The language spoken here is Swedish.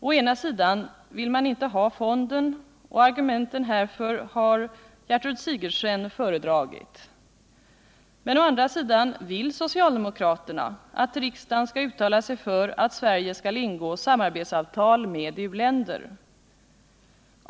Å ena sidan vill man inte ha fonden, och argumenten härför har Gertrud Sigurdsen föredragit. Men å andra sidan vill socialdemokraterna att riksdagen skall uttala sig för att Sverige skall ingå samarbetsavtal med u-länder.